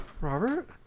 Robert